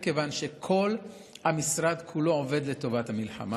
כיוון שכל המשרד כולו עובד לטובת המלחמה,